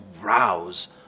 rouse